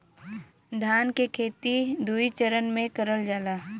धान के खेती दुई चरन मे करल जाला